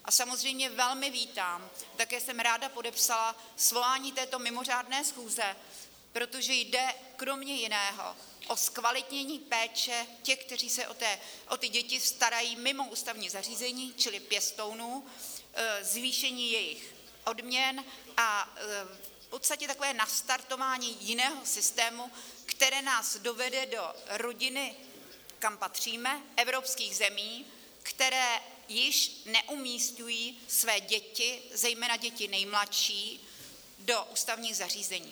A samozřejmě velmi vítám, také jsem ráda podepsala svolání této mimořádné schůze, protože jde kromě jiného o zkvalitnění péče těch, kteří se o ty děti starají mimo ústavní zařízení, čili pěstounů, zvýšení jejich odměn a v podstatě takové nastartování jiného systému, které nás dovede do rodiny, kam patříme, evropských zemí, které již neumisťují své děti, zejména děti nejmladší, do ústavních zařízení.